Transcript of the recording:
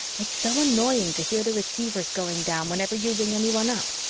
it's so annoying to hear the receivers going down whenever you ring anyone up.